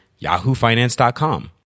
yahoofinance.com